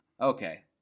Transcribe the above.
okay